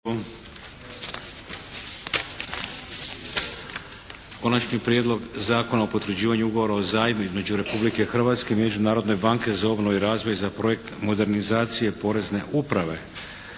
Konačni prijedlog zakona o potvrđivanju Ugovora o zajmu između Republike Hrvatske i Međunarodne banke za obnovu i razvoj za projekt modernizacije porezne uprave.